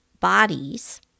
bodies